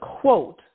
quote